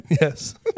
Yes